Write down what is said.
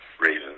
reasons